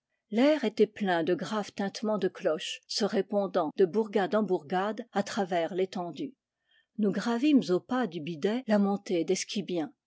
l'air était plein de graves tintements de cloches se répon dant de bourgade en bourgade à travers l'étendue nous gravîmes au pas du bidet la montée d'esquibien